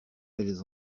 elles